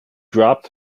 dropped